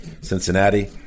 Cincinnati